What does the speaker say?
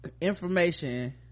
information